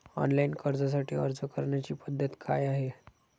Online कर्जासाठी अर्ज करण्याची पद्धत काय आहे?